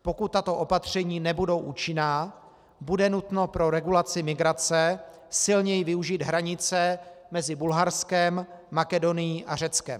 Pokud tato opatření nebudou účinná, bude nutno pro regulaci migrace silněji využít hranice mezi Bulharskem, Makedonií a Řeckem.